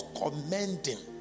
commending